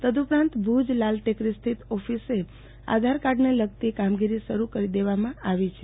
તદુપરાંત ભુજ લાલ ટેકરી સ્થિત ઓફીસ આધારકાર્ડને લગતી કામગીરી શરૂ કરી દેવામાં આવી છે